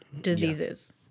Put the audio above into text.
diseases